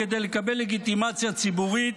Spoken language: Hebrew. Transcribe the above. כדי לקבל לגיטימציה ציבורית,